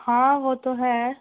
ہاں وہ تو ہے